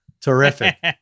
terrific